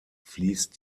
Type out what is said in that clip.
fließt